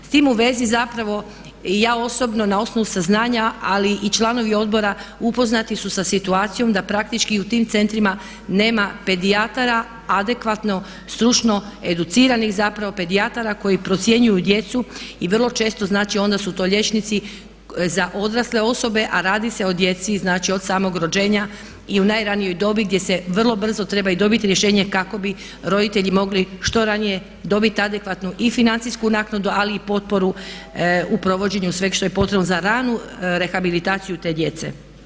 S tim u vezi zapravo i ja osobno na osnovu saznanja, ali i članovi Odbora upoznati su sa situacijom da praktički u tim centrima nema pedijatara adekvatno stručno educiranih zapravo pedijatara koji procjenjuju djecu i vrlo često, znači onda su to liječnici za odrasle osobe, a radi se o djeci, znači od samog rođenja i u najranijoj dobi gdje se vrlo brzo treba i dobit rješenje kako bi roditelji mogli što ranije dobiti adekvatnu i financijsku naknadu, ali i potporu u provođenju sveg što je potrebno za ranu rehabilitaciju te djece.